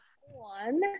One